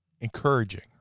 encouraging